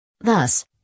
Thus